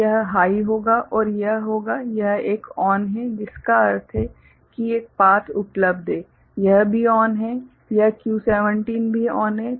तो यह हाइ होगा और यह होगा यह एक ON है जिसका अर्थ है कि एक पाथ उपलब्ध है यह भी ON है यह Q17 भी ON है